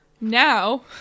now